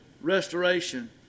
restoration